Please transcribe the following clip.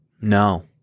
No